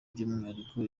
by’umwihariko